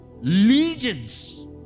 legions